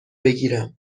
بگیرم